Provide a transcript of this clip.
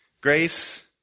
Grace